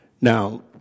Now